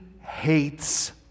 hates